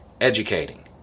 educating